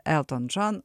eltono džono